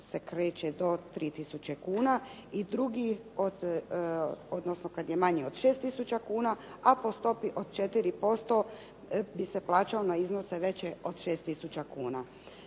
se kreće do 3000 kuna i drugi odnosno kad je manji od 6000 kuna, a po stopi od 4% bi se plaćao na iznose veće od 6000 kuna.